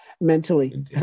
mentally